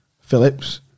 Phillips